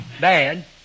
bad